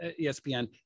ESPN